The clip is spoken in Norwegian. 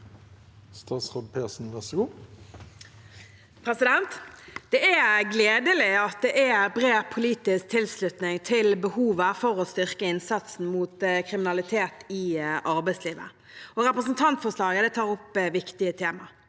Statsråd Marte Mjøs Persen Det er gle- delig at det er bred politisk tilslutning til behovet for å styrke innsatsen mot kriminalitet i arbeidslivet. Representantforslaget tar opp viktige tema.